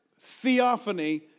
theophany